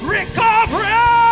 Recovery